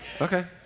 Okay